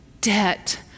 debt